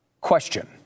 Question